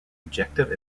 objective